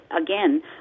again